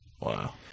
Wow